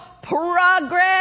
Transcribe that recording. progress